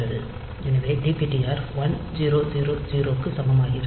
எனவே dptr 1000 க்கு சமமாகிறது